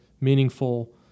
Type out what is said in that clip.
meaningful